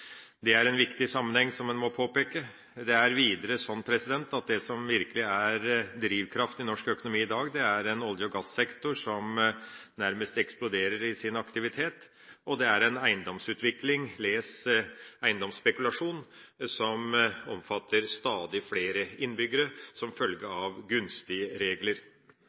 Det er en viktig sammenheng som en må påpeke. Det er videre sånn at det som virkelig er drivkraften i norsk økonomi i dag, er en olje- og gassektor som nærmest eksploderer i sin aktivitet, og det er en eiendomsutvikling – les: eiendomsspekulasjon – som omfatter stadig flere innbyggere, som følge av gunstige regler.